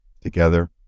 together